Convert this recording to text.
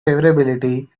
favorability